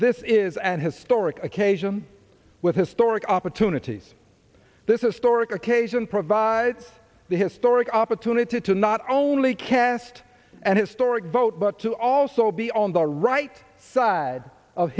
this is an historic occasion with historic opportunities this is sturrock occasion provides the historic opportunity to not only canst and historic vote but to also be on the right side of